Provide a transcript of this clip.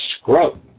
scrub